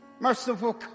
Merciful